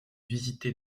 visité